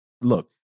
Look